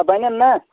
آ بنن نا